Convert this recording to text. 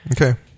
Okay